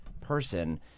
person